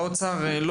האוצר דיבר?